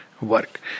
work